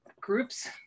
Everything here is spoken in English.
groups